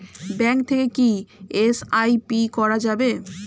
Bank থেকে কী SIP করা যাবে?